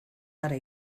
gara